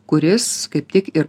kuris kaip tik ir